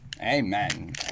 amen